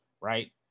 right